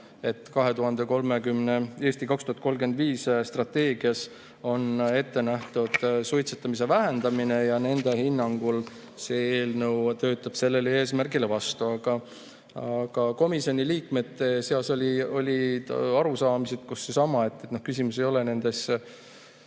et "Eesti 2035" strateegias on ette nähtud suitsetamise vähendamine ja nende hinnangul see eelnõu töötab sellele eesmärgile vastu. Komisjoni liikmete seas oli arusaamine, et küsimus ei ole